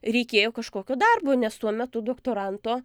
reikėjo kažkokio darbo nes tuo metu doktoranto